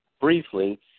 briefly